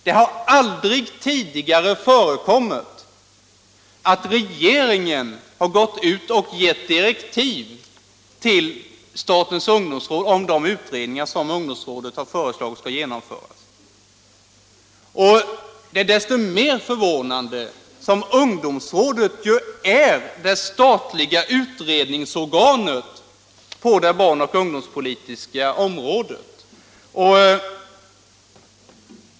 Det har aldrig tidigare förekommit att regeringen har gått ut och givit direktiv till statens ungdomsråd om hur de utredningar som ungdomsrådet har föreslagit skall genomföras. Den borgerliga inställningen är desto mer förvånande som ungdomsrådet ju är det statliga utredningsorganet på det barn och ungdomspolitiska området.